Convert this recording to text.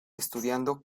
estudiando